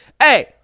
Hey